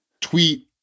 Tweet